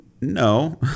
No